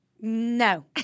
no